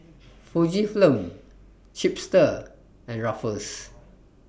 Fujifilm Chipster and Ruffles